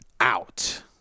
out